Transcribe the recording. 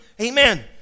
Amen